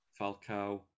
Falcao